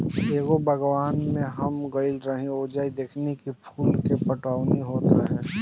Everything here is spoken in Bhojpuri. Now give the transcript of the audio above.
एगो बागवान में हम गइल रही ओइजा देखनी की फूल के पटवनी होत रहे